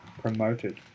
promoted